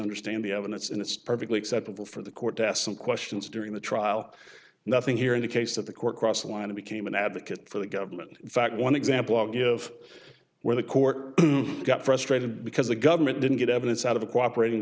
understand the evidence and it's perfectly acceptable for the court to ask them questions during the trial nothing here in the case of the court cross line it became an advocate for the government fact one example of where the court got frustrated because the government didn't get evidence out of the cooperati